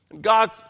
god